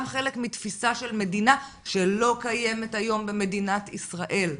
חלק מתפיסה של מדינה שלא קיימת היום במדינת ישראל.